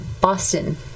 Boston